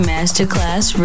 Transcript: Masterclass